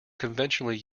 conventionally